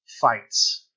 Fights